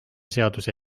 seaduse